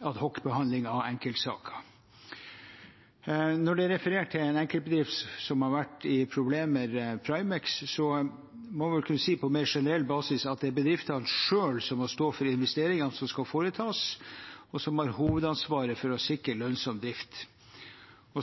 av enkeltsaker. Når det refereres til en enkeltbedrift som har vært i problemer, Primex, må en kunne si på mer generell basis at det er bedriftene selv som må stå for de investeringene som skal foretas, og som har hovedansvaret for å sikre lønnsom drift.